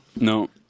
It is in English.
No